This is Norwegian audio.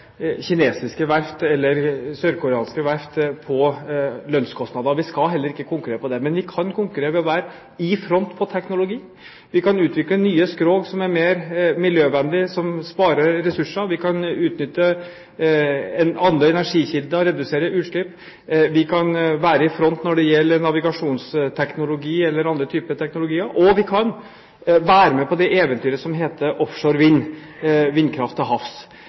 kinesiske verft eller sørkoreanske verft på lønnskostnader, vi skal heller ikke konkurrere på det. Men vi kan konkurrere ved å være i front på teknologi. Vi kan utvikle nye skrog som er mer miljøvennlige, som sparer ressurser. Vi kan utnytte andre energikilder og redusere utslipp. Vi kan være i front når det gjelder navigasjonsteknologi eller andre typer teknologier. Og vi kan være med på det eventyret som heter offshore vind, vindkraft til havs.